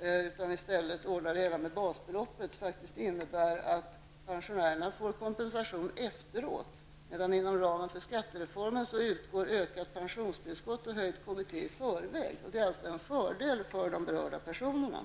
utan i stället ordnar det hela med hjälp av basbeloppet, faktiskt betyder att pensionärerna får kompensation efteråt. Inom ramen för skattereformen utgår däremot höjda pensionstillskott och höjt KBT i förväg. Det är en fördel för de berörda personerna.